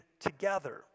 together